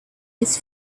his